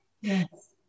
Yes